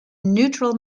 neutral